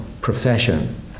profession